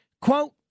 Quote